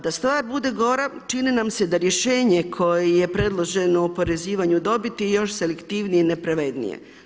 Da stvar bude gora čini nam se da rješenje koje je predloženo o oporezivanju dobiti još selektivnije i nepravednije.